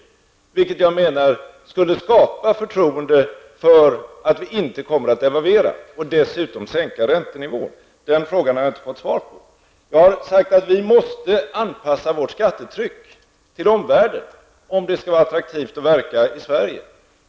Jag menar att detta skulle skapa förtroende för att vi inte kommer att devalvera, och att det dessutom skulle sänka räntenivån. Den frågan har jag inte fått svar på. Vi måste, har jag sagt, anpassa vårt skattetryck till omvärlden, om det skall vara attraktivt att verka i Sverige.